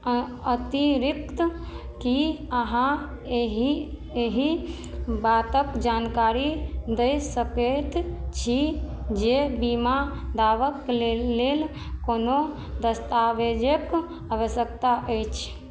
अ अतिरिक्त कि अहाँ एहि एहि बातके जानकारी दै सकै छी जे बीमा दावाके ले लेल कोनो दस्तावेजके आवश्यकता अछि